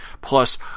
Plus